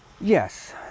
yes